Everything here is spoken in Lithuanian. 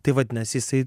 tai vadinasi jisai